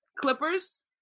Clippers